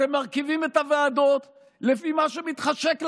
אתם מרכיבים את הוועדות לפי מה שמתחשק לכם,